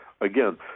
Again